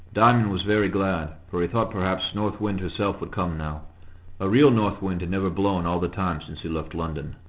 diamond was very glad, for he thought perhaps north wind herself would come now a real north wind had never blown all the time since he left london.